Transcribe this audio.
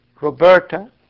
Roberta